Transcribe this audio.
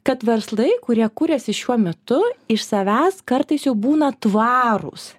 kad verslai kurie kuriasi šiuo metu iš savęs kartais jau būna tvarūs